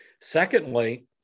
Secondly